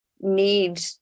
need